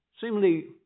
seemingly